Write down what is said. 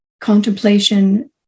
contemplation